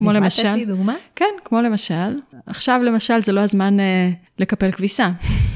כמו למשל, כן כמו למשל, עכשיו למשל זה לא הזמן לקפל כביסה.